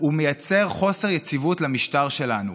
מייצר חוסר יציבות למשטר שלנו.